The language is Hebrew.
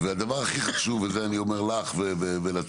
והדבר הכי חשוב, וזה אני אומר לך ולצוות,